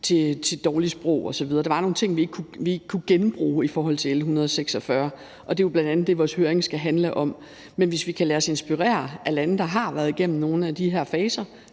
til dårligt sprog osv. Der var nogle ting, vi ikke kunne genbruge i forhold til L 146, og det er jo bl.a. det, vores høring skal handle om. Men hvis vi kan lade os inspirere af lande, der har været igennem nogle af de her faser,